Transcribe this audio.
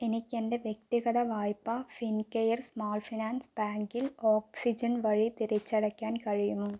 എനിക്ക് എൻ്റെ വ്യക്തിഗത വായ്പ ഫിൻ കെയർ സ്മോൾ ഫിനാൻസ് ബാങ്കിൽ ഓക്സിജൻ വഴി തിരിച്ചടയ്ക്കാൻ കഴിയുമോ